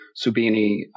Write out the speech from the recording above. Subini